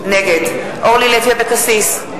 נגד אורלי לוי אבקסיס,